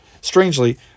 Strangely